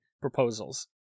proposals